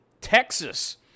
Texas